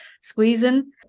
squeezing